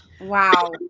Wow